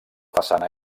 façana